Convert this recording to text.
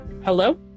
hello